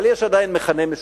אבל יש עדיין מכנה משותף.